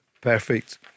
perfect